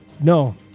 No